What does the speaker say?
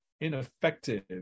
ineffective